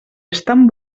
estan